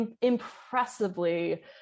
impressively